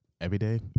everyday